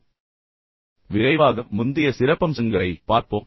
நாம் முன்பு செய்ததைப் பற்றிய விரைவான சிறப்பம்சங்கள் பற்றி பார்ப்போம்